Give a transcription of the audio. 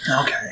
Okay